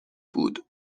بود